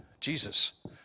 Jesus